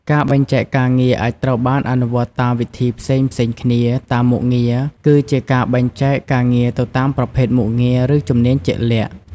ការបែងចែកការងារអាចត្រូវបានអនុវត្តតាមវិធីផ្សេងៗគ្នា តាមមុខងារ គឺជាការបែងចែកការងារទៅតាមប្រភេទមុខងារ ឬជំនាញជាក់លាក់។